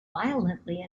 violently